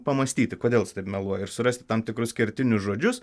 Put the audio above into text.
pamąstyti kodėl jis taip meluoja ir surasti tam tikrus kertinius žodžius